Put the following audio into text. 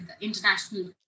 international